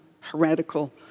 heretical